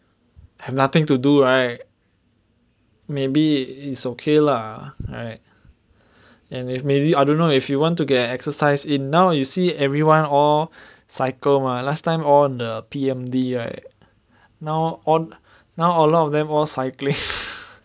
have nothing to do right maybe it's okay lah right and if maybe I don't know if you want to get an exercise in now you see everyone all cycle mah last time all the P_M_D right now on now a lot of them all cycling